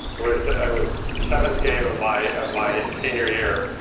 was was the seventh game of my of my senior year.